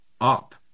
up